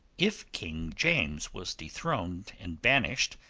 if king james was dethroned and banished,